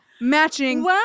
matching